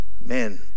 Man